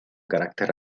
carácter